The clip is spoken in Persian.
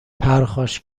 پرخاش